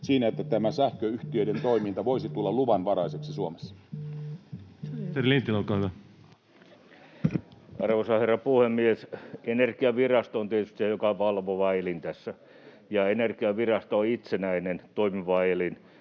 siinä, että tämä sähköyhtiöiden toiminta voisi tulla luvanvaraiseksi Suomessa. Ministeri Lintilä, olkaa hyvä. Arvoisa herra puhemies! Energiavirasto on tietysti se valvova elin tässä, ja Energiavirasto on itsenäinen toimiva elin,